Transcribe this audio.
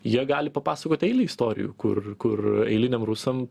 jie gali papasakoti istorijų kur kur eiliniam rusam